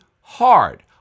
hard